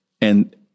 And-